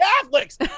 Catholics